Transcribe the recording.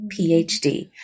PhD